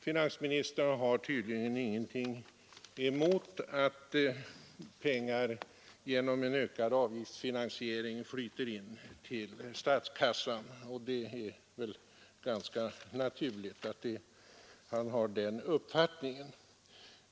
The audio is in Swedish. Finansministern har tydligen ingenting emot att pengar flyter in till statskassan genom en ökad avgiftsfinansiering, och det är väl ganska naturligt att han har den uppfattningen.